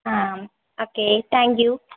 ആ okay thank you